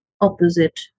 opposite